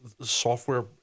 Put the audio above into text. software